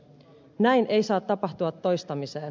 näin ei saa tapahtua toistamiseen